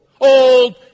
Old